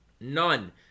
None